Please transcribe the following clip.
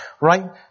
right